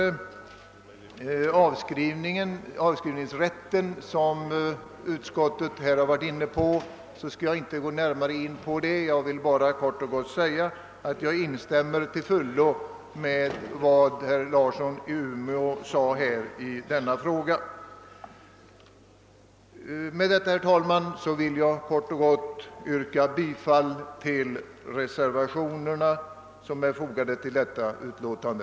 Jag skall inte gå närmare in på avskrivningsrätten, som utskottet har behandlat. Jag vill bara kort och gott säga att jag till fullo instämmer i vad herr Larsson i Umeå sade i den frågan. Med dessa ord, herr talman, yrkar jag bifall till reservationerna som är fogade till detta betänkande.